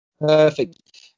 Perfect